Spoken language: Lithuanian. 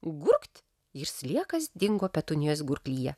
gurkt ir sliekas dingo petunijos gurklyje